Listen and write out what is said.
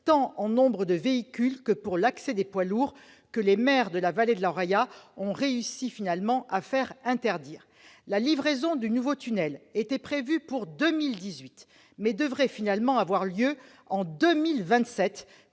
tant en nombre de véhicules que pour l'accès des poids lourds, que les maires de la vallée ont réussi à faire interdire. La livraison du nouveau tunnel, initialement prévue pour 2018, devrait finalement avoir lieu en 2027,